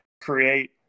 create